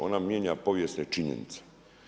Ona mijenja povijesne činjenice.